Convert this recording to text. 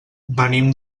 venim